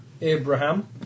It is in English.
Abraham